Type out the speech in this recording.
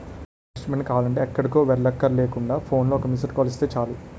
నా bank statement కావాలంటే ఎక్కడికో వెళ్ళక్కర్లేకుండా ఫోన్లో ఒక్క మిస్కాల్ ఇస్తే చాలు